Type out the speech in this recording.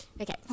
Okay